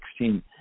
2016